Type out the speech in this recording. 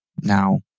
now